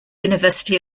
university